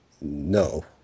No